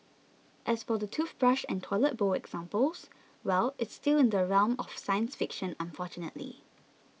as for the toothbrush and toilet bowl examples well it's still in the realm of science fiction unfortunately